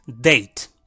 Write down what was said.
date